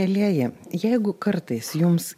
mielieji jeigu kartais jums